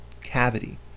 cavity